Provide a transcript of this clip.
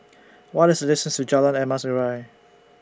What IS The distance to Jalan Emas Urai